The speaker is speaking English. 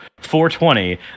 420